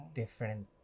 different